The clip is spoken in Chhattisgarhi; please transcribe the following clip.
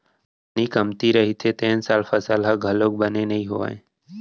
पानी कमती रहिथे तेन साल फसल ह घलोक बने नइ होवय